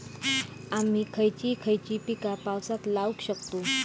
आम्ही खयची खयची पीका पावसात लावक शकतु?